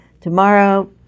tomorrow